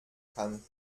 kann